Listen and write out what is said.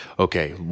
okay